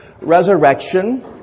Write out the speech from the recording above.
resurrection